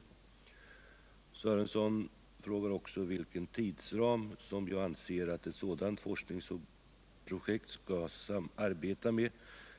Lars Ingvar Sörenson frågar också vilken tidsram som jag anser att ett sådant forskningsprojekt skall arbeta med